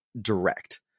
direct